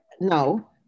No